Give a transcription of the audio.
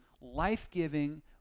life-giving